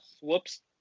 whoops